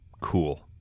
cool